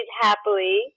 Happily